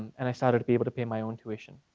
and i started to able to pay my own tuition.